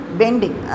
bending